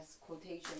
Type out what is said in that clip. quotation